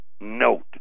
note